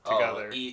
together